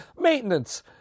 Maintenance